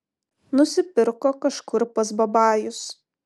nusipirko kažkur pas babajus